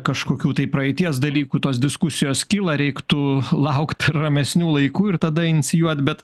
kažkokių tai praeities dalykų tos diskusijos kyla reiktų laukt ramesnių laikų ir tada inicijuot bet